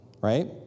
right